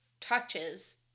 touches